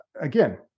again